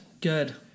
Good